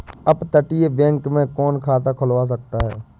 अपतटीय बैंक में कौन खाता खुलवा सकता है?